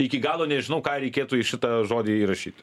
iki galo nežinau ką reikėtų į šitą žodį įrašyt